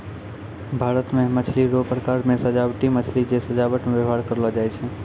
भारत मे मछली रो प्रकार मे सजाबटी मछली जे सजाबट मे व्यवहार करलो जाय छै